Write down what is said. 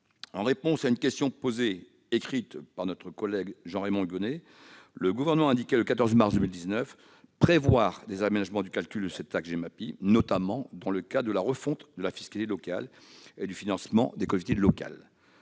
En réponse à une question écrite posée par notre collègue Jean-Raymond Hugonet, le Gouvernement a indiqué le 14 mars 2019 prévoir des aménagements du calcul de la taxe Gemapi, notamment dans le cadre de la refonte de la fiscalité locale et du financement des collectivités locales.